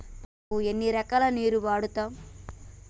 పంటలకు ఎన్ని రకాల నీరు వాడుతం?